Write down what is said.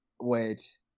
Wait